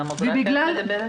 את מדברת על בדיקת הממוגרפיה?